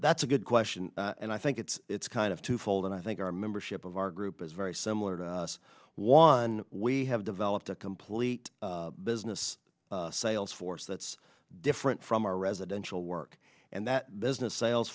that's a good question and i think it's it's kind of twofold and i think our membership of our group is very similar to the one we have developed a complete business sales force that's different from our residential work and that business sales